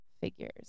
figures